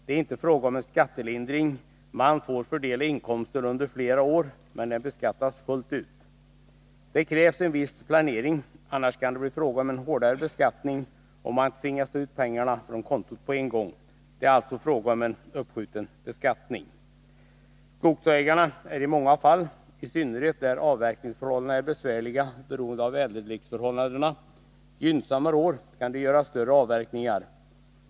Det är inte fråga om en skattelindring — man får fördela inkomsten under flera år, men den beskattas fullt ut. Det krävs en viss planering. Annars kan det bli fråga om en hårdare beskattning, om man tvingas ta ut pengarna från kontot på en gång. Det är alltså fråga om en uppskjuten beskattning. Skogsägarna är i många fall, i synnerhet där avverkningsförhållandena är besvärliga, beroende av väderleksförhållandena. Gynnsamma år kan de göra stora avverkningar.